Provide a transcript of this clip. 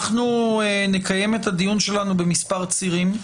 אנחנו נקיים את הדיון שלנו במספר צירים.